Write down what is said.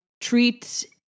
treat